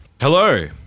Hello